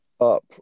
up